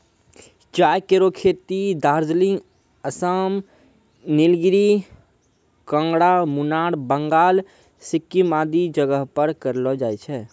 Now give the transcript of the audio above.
चाय केरो खेती दार्जिलिंग, आसाम, नीलगिरी, कांगड़ा, मुनार, बंगाल, सिक्किम आदि जगह पर करलो जाय छै